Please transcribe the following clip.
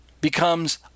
becomes